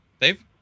Dave